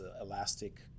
elastic